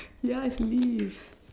ya it's a leaf